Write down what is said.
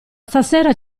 stasera